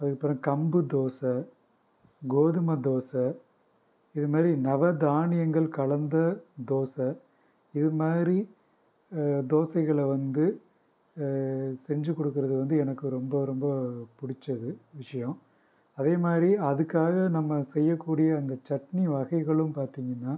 அதுக்கு அப்புறம் கம்பு தோசை கோதுமை தோசை இது மாதிரி நவதானியங்கள் கலந்த தோசை இது மாதிரி தோசைகளை வந்து செஞ்சு கொடுக்குறது வந்து எனக்கு ரொம்ப ரொம்ப பிடித்தது விஷயம் அதே மாதிரி அதுக்காக நம்ம செய்யக்கூடிய அந்த சட்னி வகைகளும் பார்த்தீங்கன்னா